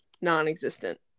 non-existent